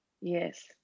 yes